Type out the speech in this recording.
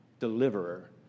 deliverer